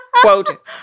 quote